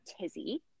tizzy